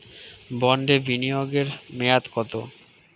বন্ডে বিনিয়োগ এর মেয়াদ কত?